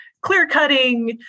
clear-cutting